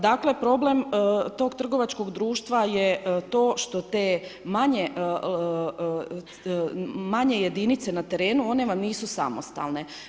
Dakle, problem tog trgovačkog društva to što te manje jedinice na terenu, one vam nisu samostalne.